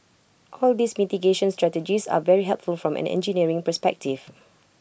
all these mitigation strategies are very helpful from an engineering perspective